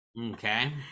Okay